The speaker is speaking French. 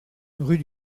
rue